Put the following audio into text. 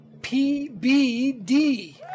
PBD